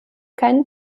keinen